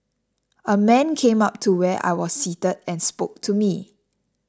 a man came up to where I was seated and spoke to me